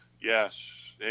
yes